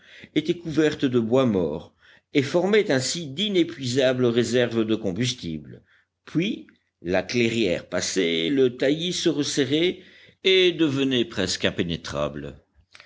étaient couvertes de bois mort et formaient ainsi d'inépuisables réserves de combustible puis la clairière passée le taillis se resserrait et devenait presque impénétrable